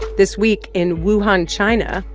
this week in wuhan, china,